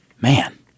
Man